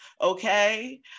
Okay